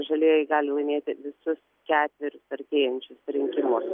žalieji gali laimėti visus ketverius artėjančius rinkimus